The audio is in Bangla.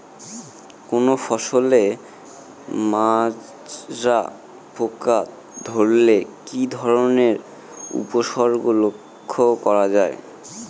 কোনো ফসলে মাজরা পোকা ধরলে কি ধরণের উপসর্গ লক্ষ্য করা যায়?